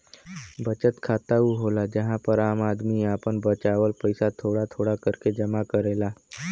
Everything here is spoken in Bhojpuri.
बचत खाता ऊ होला जहां पर आम आदमी आपन बचावल पइसा थोड़ा थोड़ा करके जमा करेला